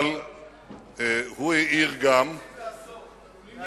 אבל הוא העיר גם, תקציב לעשור.